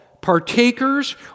partakers